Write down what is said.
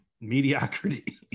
mediocrity